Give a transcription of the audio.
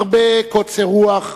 הרבה קוצר רוח,